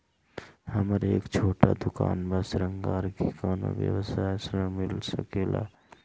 हमर एक छोटा दुकान बा श्रृंगार के कौनो व्यवसाय ऋण मिल सके ला?